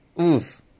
oof